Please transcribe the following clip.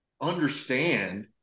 understand